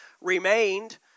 remained